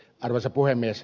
arvoisa puhemies